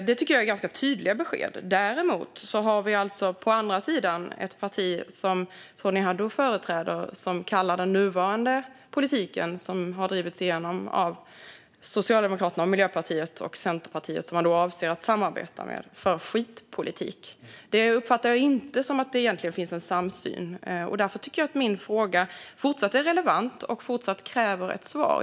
Det tycker jag är ganska tydliga besked. Däremot har vi alltså på andra sidan ett parti, som Tony Haddou företräder, som kallar den nuvarande politiken - som har drivits igenom av Socialdemokraterna, Miljöpartiet och Centerpartiet, som man avser att samarbeta med - för skitpolitik. Jag uppfattar det inte som att det egentligen finns någon samsyn. Därför tycker jag att min fråga fortsatt är relevant och fortsatt kräver ett svar.